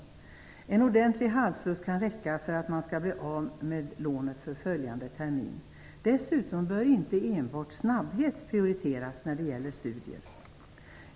För närvarande kan en ordentlig halsfluss räcka för att man skall bli av med lånet för följande termin. Dessutom bör inte enbart snabbhet prioriteras när det gäller studier.